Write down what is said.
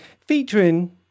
Featuring